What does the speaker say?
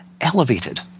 elevated